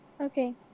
Okay